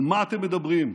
על מה אתם מדברים?